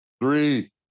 Three